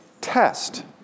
test